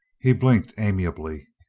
he blinked ami ably.